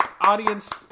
audience